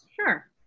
Sure